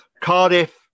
Cardiff